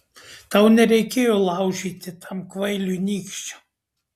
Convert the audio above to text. tau nereikėjo laužyti tam kvailiui nykščio